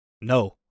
No